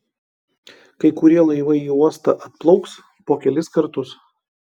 kai kurie laivai į uostą atplauks po kelis kartus